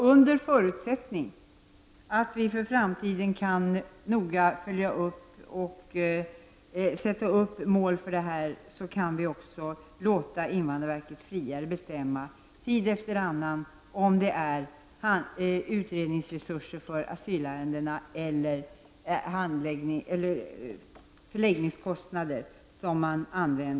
Under förutsättning att vi för framtiden kan sätta upp ett mål för verksamheten kan vi också låta invandrarverket friare bestämma om resurserna skall användas i första hand till utredningar av asylärenden eller till förläggningsverksamheten.